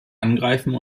angreifen